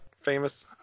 famous